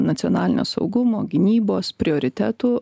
nacionalinio saugumo gynybos prioritetų